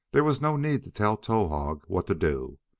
there was no need to tell towahg what to do,